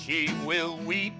she will we